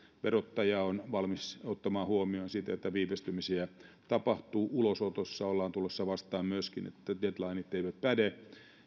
verottaja on valmis ottamaan huomioon sen että viivästymisiä tapahtuu myöskin ulosotossa ollaan tulossa vastaan siinä että deadlinet eivät päde